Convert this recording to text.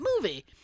movie